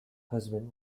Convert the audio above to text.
husband